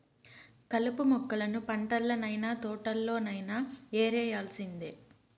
కలుపు మొక్కలను పంటల్లనైన, తోటల్లోనైన యేరేయాల్సిందే